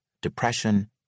depression